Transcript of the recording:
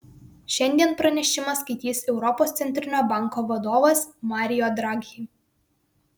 šiandien pranešimą skaitys europos centrinio banko vadovas mario draghi